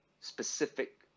specific